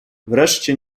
wreszcie